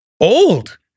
Old